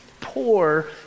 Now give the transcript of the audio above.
Poor